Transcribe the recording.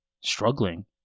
Struggling